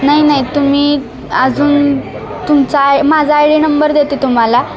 नाही नाही तुम्ही अजून तुमचा माझा आय डी नंबर देते तुम्हाला